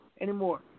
anymore